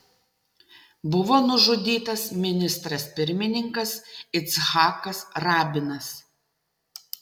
buvo nužudytas ministras pirmininkas icchakas rabinas